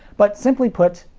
but simply put,